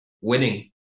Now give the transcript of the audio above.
winning